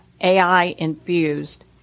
AI-infused